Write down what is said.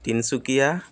Tinsukia